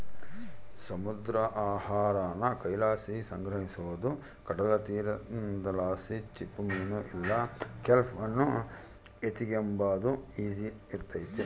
ಸಮುದ್ರ ಆಹಾರಾನ ಕೈಲಾಸಿ ಸಂಗ್ರಹಿಸೋದು ಕಡಲತೀರದಲಾಸಿ ಚಿಪ್ಪುಮೀನು ಇಲ್ಲ ಕೆಲ್ಪ್ ಅನ್ನು ಎತಿಗೆಂಬಾದು ಈಸಿ ಇರ್ತತೆ